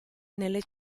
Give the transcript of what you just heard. nelle